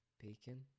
bacon